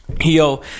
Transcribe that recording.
Yo